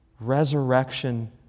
resurrection